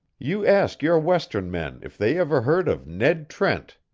you ask your western men if they ever heard of ned trent.